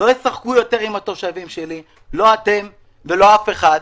לא ישחקו יותר עם התושבים שלי, לא אתם ולא אף אחד.